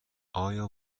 آیا